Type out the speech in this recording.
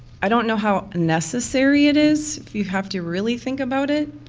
i don't know how necessary it is, if you have to really think about it.